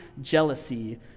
jealousy